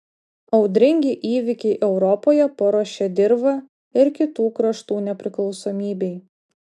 audringi įvykiai europoje paruošė dirvą ir kitų kraštų nepriklausomybei